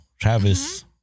Travis